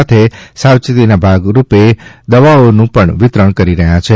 સાથે સાવચેતીના પગલાંરૂપે દવાઓનું પણ વિતરણ કરી રહ્યા છે